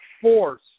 force